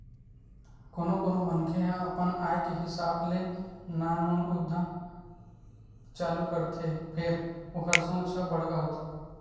कोनो कोनो मनखे ह अपन आय के हिसाब ले नानमुन उद्यम चालू करथे फेर ओखर सोच ह बड़का होथे